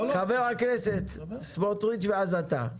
אז חבר הכנסת סמוטריץ' ואז אתה.